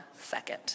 second